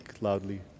loudly